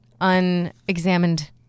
unexamined